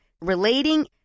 relating